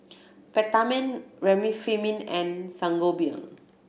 Peptamen Remifemin and Sangobion